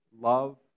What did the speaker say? love